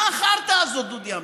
מה החרטא הזאת, דודי אמסלם?